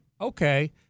okay